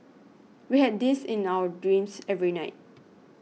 we had this in our dreams every night